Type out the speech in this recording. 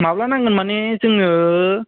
माब्ला नांगोन माने जोङो